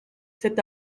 cet